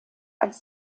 als